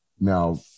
Now